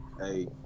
hey